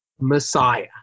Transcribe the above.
Messiah